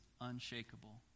unshakable